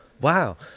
Wow